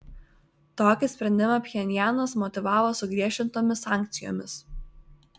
tokį sprendimą pchenjanas motyvavo sugriežtintomis sankcijomis